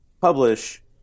publish